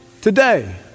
Today